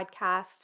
podcasts